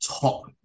top